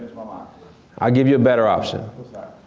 my i'll give you a better option. what's that?